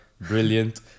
Brilliant